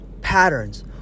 patterns